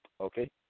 okay